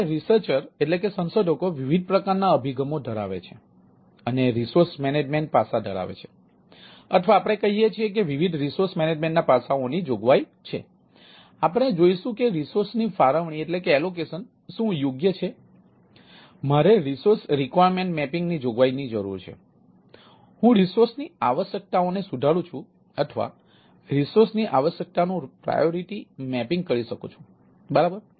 હવે સંશોધકો કરી શકું છું બરાબર